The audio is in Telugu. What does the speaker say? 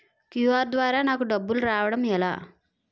క్యు.ఆర్ ద్వారా నాకు డబ్బులు రావడం ఎలా?